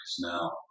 now